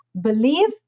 believe